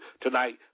tonight